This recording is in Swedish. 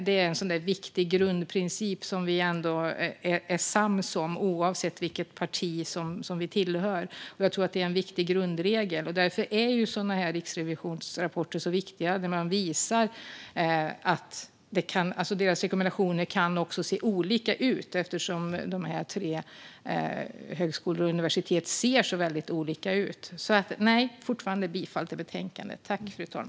Det är en sådan där viktig grundprincip som vi är sams om oavsett vilket parti vi tillhör. Jag tror att det är en viktig grundregel. Därför är sådana här riksrevisionsrapporter så viktiga; de visar att rekommendationerna kan se olika ut eftersom de tre lärosätena - högskolan och universiteten - ser så väldigt olika ut. Så nej, fru talman, jag yrkar fortfarande bifall till förslaget i betänkandet.